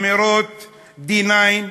באמירות D-9,